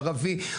ערבי,